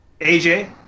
AJ